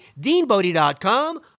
DeanBodie.com